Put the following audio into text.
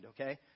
okay